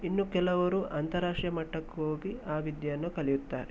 ಇನ್ನು ಕೆಲವರು ಅಂತಾರಾಷ್ಟ್ರೀಯ ಮಟ್ಟಕ್ಕೆ ಹೋಗಿ ಆ ವಿದ್ಯೆಯನ್ನು ಕಲಿಯುತ್ತಾರೆ